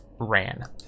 ran